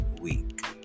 week